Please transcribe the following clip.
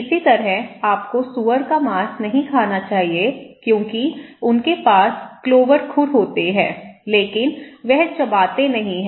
इसी तरह आपको सूअर का मांस नहीं खाना चाहिए क्योंकि उनके पास क्लोवर खुर होते हैं लेकिन वे चबाते नहीं हैं